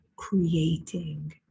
creating